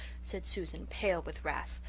said susan, pale with wrath,